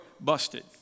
busted